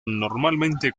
normalmente